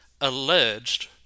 alleged